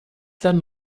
than